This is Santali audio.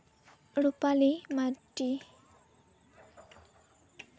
ᱨᱩᱯᱟᱞᱤ ᱢᱟᱨᱰᱤ